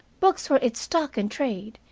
books were its stock in trade,